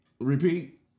Repeat